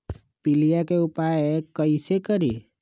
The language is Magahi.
पीलिया के उपाय कई से करी?